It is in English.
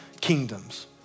kingdoms